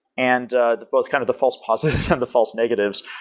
and the both kind of the false positives and the false negatives.